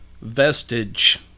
vestige